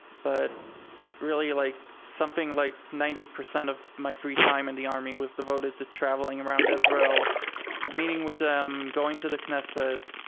but really like, something like ninety percent of my free time in the army was devoted to travelling around israel meeting with them, going to the knesset,